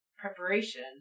preparation